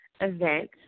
event